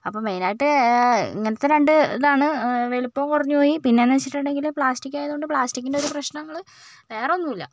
അപ്പം മെയ്നായിട്ട് ഇങ്ങനത്തെ രണ്ട് ഇതാണ് വലിപ്പവും കുറഞ്ഞുപോയി പിന്നെയെന്നു വെച്ചിട്ടുണ്ടെങ്കിൽ പ്ലാസ്റ്റിക്കായത് കൊണ്ട് പ്ലാസ്റ്റിക്കിൻ്റെ ഒരു പ്രശ്നങ്ങൾ വേറെ ഒന്നുമില്ല